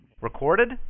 recorded